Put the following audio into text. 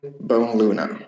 bone-luna